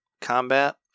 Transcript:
combat